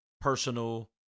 personal